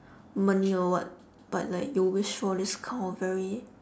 money or what but like you wish for this kind of very